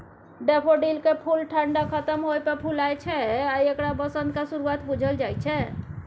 डेफोडिलकेँ फुल ठंढा खत्म होइ पर फुलाय छै आ एकरा बसंतक शुरुआत बुझल जाइ छै